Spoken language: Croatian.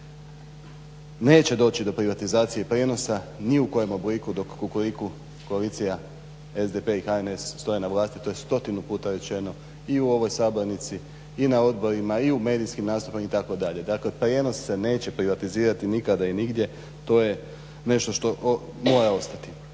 Neće doći do privatizacije prijenosa ni u kojem obliku dok Kukuriku koalicija, SDP i HNS stoje na vlasti, to je stotinu puta rečeno i u ovoj sabornici i na odborima i u medijskim naslovima itd. Dakle, prijenos se neće privatizirati nikada i nigdje, to je nešto što mora ostati.